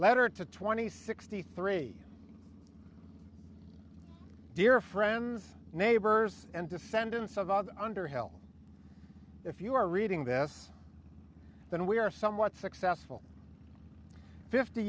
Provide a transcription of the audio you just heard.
letter to twenty sixty three dear friends neighbors and defendants of underhill if you are reading this then we are somewhat successful fifty